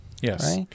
yes